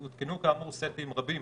כאמור, הותקנו סטים רבים.